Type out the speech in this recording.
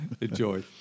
enjoy